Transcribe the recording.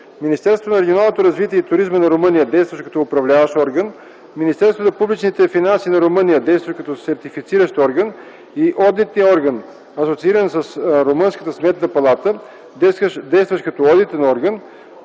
Министерството на регионалното развитие и туризма на Румъния, действащо като Управляващ орган, Министерството на публичните финанси на Румъния, действащо като Сертифициращ орган, и Одитния орган (асоцииран към румънската Сметна палата), действащ като Одитен орган,